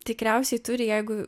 tikriausiai turi jeigu